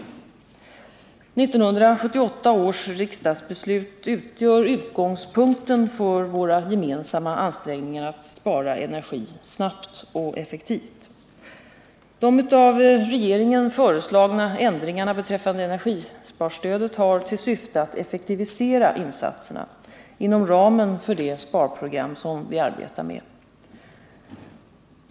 1978 års riksdagsbeslut utgör utgångspunkten för våra gemensamma ansträngningar att spara energi — snabbt och effektivt. De av regeringen föreslagna ändringarna beträffande energisparstödet har till syfte att effektivisera insatserna, inom ramen för det sparprogram som vi arbetar med.